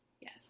Yes